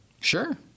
Sure